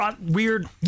weird